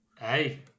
Hey